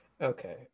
okay